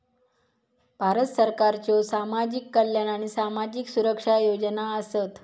भारत सरकारच्यो सामाजिक कल्याण आणि सामाजिक सुरक्षा योजना आसत